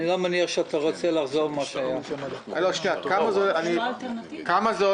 אני לא מניח שאתה רוצה לחזור למצב -- כמה זה עולה